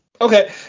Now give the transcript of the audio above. Okay